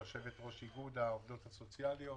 יושבת-ראש איגוד העובדות הסוציאליות.